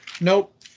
nope